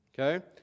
Okay